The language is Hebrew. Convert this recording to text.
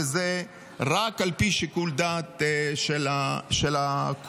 וזה רק על פי שיקול דעת של הקופה.